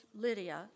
Lydia